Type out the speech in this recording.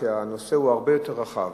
שהנושא הוא הרבה יותר רחב.